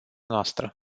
noastră